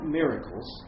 miracles